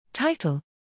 TITLE